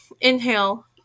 Inhale